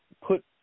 put